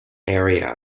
area